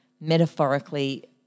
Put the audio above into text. metaphorically